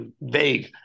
vague